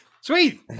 sweet